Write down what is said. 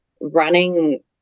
running